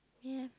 ya